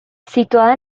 situada